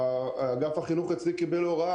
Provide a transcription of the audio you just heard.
אגף החינוך אצלי קיבל הוראה